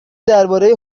دربارهی